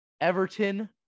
Everton